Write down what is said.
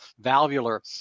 valvular